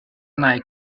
nike